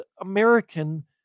American